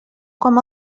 com